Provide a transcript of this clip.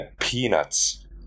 Peanuts